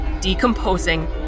decomposing